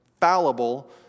fallible